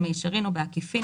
במישרין או בעקיפין,